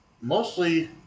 mostly